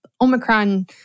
Omicron